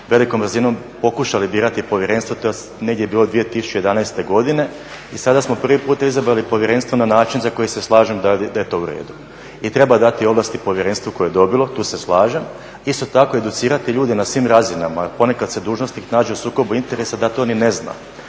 velikom brzinom pokušali birati povjerenstvo, to je negdje bilo 2011. godine i sada samo prvi puta izabrali povjerenstvo na način za koji se slažem da je to u redu. I treba dati ovlasti povjerenstvu koje je dobilo, tu se slažem. Isto tako educirati ljude na svim razinama, ponekad se dužnosnik nađe u sukobu interesa da to ni ne zna.